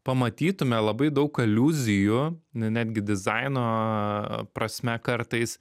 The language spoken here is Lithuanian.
pamatytume labai daug aliuzijų ne netgi dizaino prasme kartais